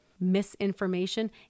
misinformation